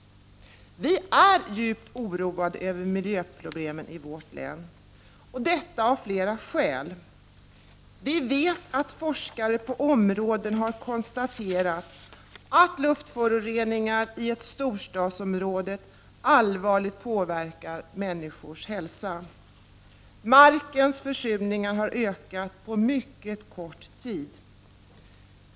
Vi är djupt oroade över miljöproblemen i vårt län, och detta av flera skäl. Vi vet att forskare på området har konstaterat att luftföroreningarna i ett storstadsområde allvarligt påverkar människors hälsa. Markens försurning har ökat på mycket kort tid.